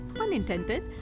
unintended